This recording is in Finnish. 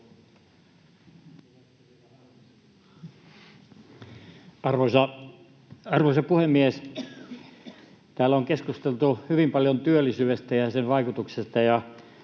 Arvoisa puhemies! Täällä on keskusteltu hyvin paljon työllisyydestä ja sen vaikutuksesta.